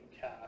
cash